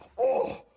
oh,